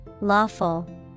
Lawful